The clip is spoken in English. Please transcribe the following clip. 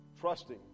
trusting